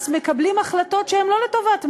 אז מקבלים החלטות שהם לא לטובת "מגה"